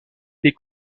les